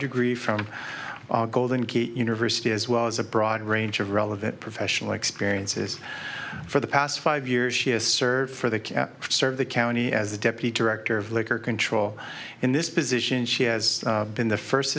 degree from golden gate university as well as a broad range of relevant professional experiences for the past five years she has served for the serve the county as a deputy director of liquor control in this position she has been the first